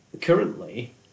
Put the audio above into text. Currently